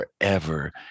forever